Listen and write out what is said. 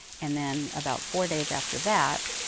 and then about four days after that,